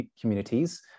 communities